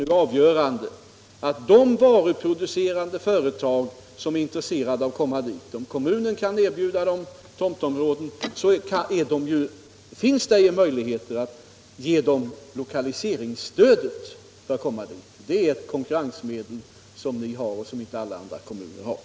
Det avgörande för de varuproducerande företag som är intresserade av att komma dit är om kommunen kan erbjuda dem tomtområden och om det finns möjligheter för dem att erhålla 1okaliseringsstöd. Det är ett konkurrensmedel som inte alla andra kommuner har.